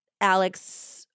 Alex